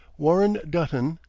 warren dutton,